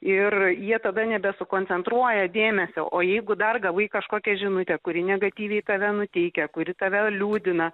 ir jie tada nebesukoncentruoja dėmesio o jeigu dar gavai kažkokią žinutę kuri negatyviai tave nuteikia kuri tave liūdina